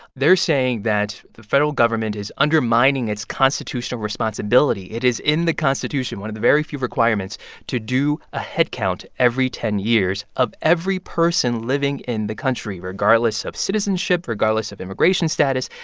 they're saying that the federal government is undermining its constitutional responsibility. it is in the constitution one of the very few requirements to do a head count every ten years of every person living in the country regardless of citizenship, regardless of immigration status,